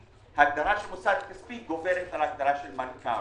ההגדרה של מוסד כספי גוברת על הגדרת מלכ"ר,